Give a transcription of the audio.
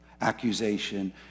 accusation